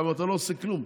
גם אם אתה לא עושה כלום,